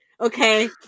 okay